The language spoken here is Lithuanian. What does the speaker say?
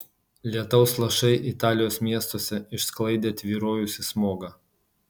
lietaus lašai italijos miestuose išsklaidė tvyrojusį smogą